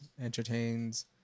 entertains